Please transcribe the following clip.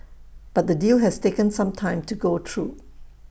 but the deal has taken some time to go through